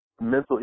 mental